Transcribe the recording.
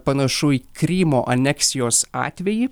panašu į krymo aneksijos atvejį